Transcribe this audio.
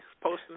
posting